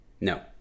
No